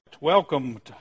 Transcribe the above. Welcome